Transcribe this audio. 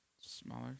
Smaller